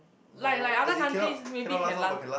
like like other countries maybe can last